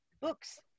books